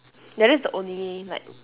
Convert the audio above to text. ya that's the only like